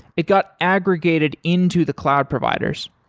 it got aggregated into the cloud providers.